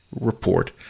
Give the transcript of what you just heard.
report